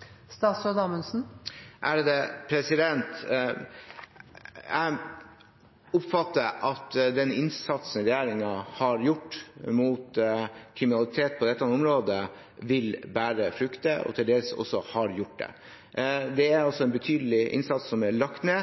Jeg oppfatter at den innsatsen regjeringen har gjort mot kriminalitet på dette området, vil bære frukter – og til dels også har gjort det. Det er en betydelig innsats som er lagt ned.